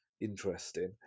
interesting